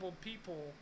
people